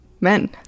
men